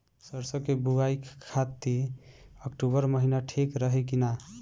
सरसों की बुवाई खाती अक्टूबर महीना ठीक रही की ना?